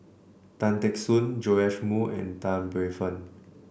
Tan Teck Soon Joash Moo and Tan Paey Fern